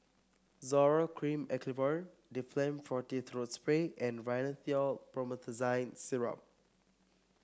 Zoral Cream Acyclovir Difflam Forte Throat Spray and Rhinathiol Promethazine Syrup